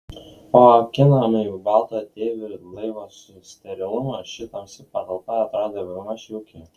po akinamai balto ateivių laivo sterilumo ši tamsi patalpa atrodė bemaž jauki